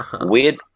Weird